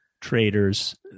traders